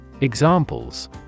Examples